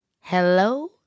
hello